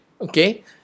Okay